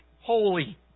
holy